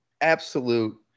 absolute